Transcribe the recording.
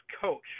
coach